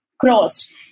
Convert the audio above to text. crossed